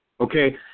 Okay